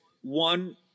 one